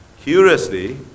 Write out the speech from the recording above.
Curiously